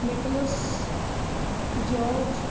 nicolas george